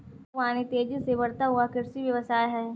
बागवानी तेज़ी से बढ़ता हुआ कृषि व्यवसाय है